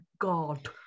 God